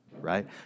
right